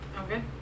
Okay